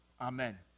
Amen